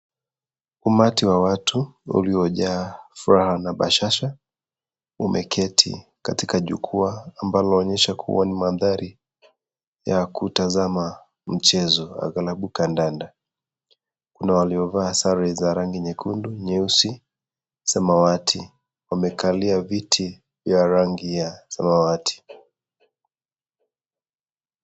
Umati wa watu, uliojaa furaha na bashasha, umeketi katika jukwaa ambalo laonyesha kuwa ni madhari ya kutazama mchezo aghalabu kandanda. Kuna waliofaa sare za rangi nyekundu, nyeusi, samawati. Wamekalia viti vya rangi ya samawati